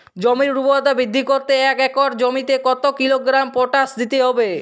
জমির ঊর্বরতা বৃদ্ধি করতে এক একর জমিতে কত কিলোগ্রাম পটাশ দিতে হবে?